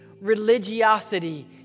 religiosity